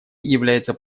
является